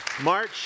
March